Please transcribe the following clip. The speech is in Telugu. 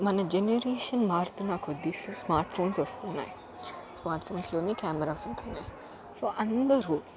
మన జనరేషన్ మారుతున్నా కొద్దీ స్మార్ట్ఫోన్స్ వస్తున్నాయి స్మార్ట్ఫోన్స్లోనే కెమెరాస్ ఉంటున్నాయి సో అందరూ